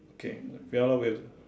okay piano with